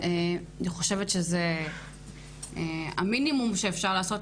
אני חושבת שזה המינימום שאפשר לעשות.